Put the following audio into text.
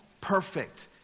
perfect